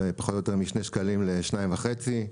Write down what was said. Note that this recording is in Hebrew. בפחות או יותר משני שקלים לשניים וחצי.